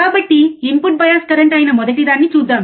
కాబట్టి input bias current అయిన మొదటిదాన్ని చూద్దాం